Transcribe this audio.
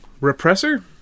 repressor